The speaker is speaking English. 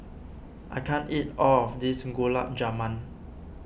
I can't eat all of this Gulab Jamun